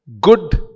good